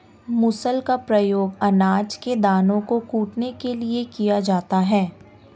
मूसल का प्रयोग अनाज के दानों को कूटने के लिए किया जाता है